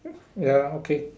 ya okay